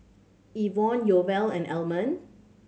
Ivonne Yoel and Almond